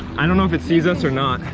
i don't know if it sees us or not.